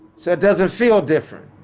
so it doesn't feel different.